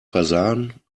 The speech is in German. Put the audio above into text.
versahen